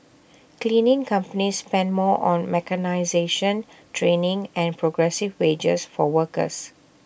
cleaning companies spend more on mechanisation training and progressive wages for workers